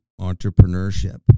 entrepreneurship